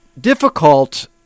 difficult